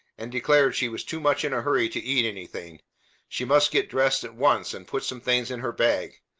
and declared she was too much in a hurry to eat anything she must get dressed at once, and put some things in her bag.